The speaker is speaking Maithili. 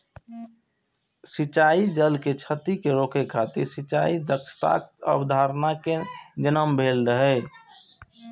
सिंचाइ जल के क्षति कें रोकै खातिर सिंचाइ दक्षताक अवधारणा के जन्म भेल रहै